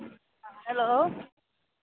hello